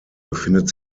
befindet